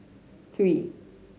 three